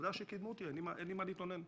עובדה שקידמו אותי ואין לי מה להתלונן.